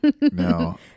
No